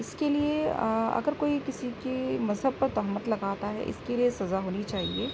اس کے لیے اگر کوئی کسی کے مذہب پر تہمت لگاتا ہے اس کے لیے سزا ہونی چاہیے